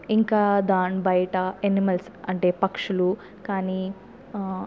ఇంకా దాని బయట అనిమల్స్ అంటే పక్షులు కానీ